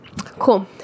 Cool